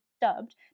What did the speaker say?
dubbed